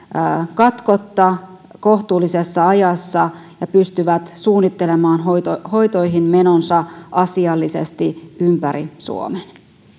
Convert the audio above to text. katkotta kohtuullisessa ajassa ja pystyvät suunnittelemaan hoitoihin hoitoihin menonsa asiallisesti ympäri suomen